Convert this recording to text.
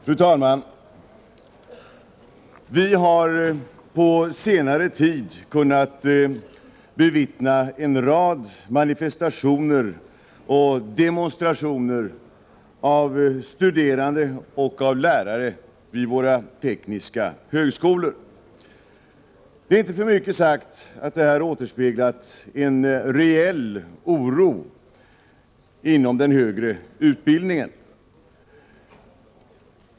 Fru talman! Vi har på senare tid kunnat bevittna en rad manifestationer och demonstrationer av studerande och av lärare vid våra tekniska högskolor. Det är inte för mycket sagt att det här återspeglat en reell oro inom den högre utbildningen.